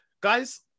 Guys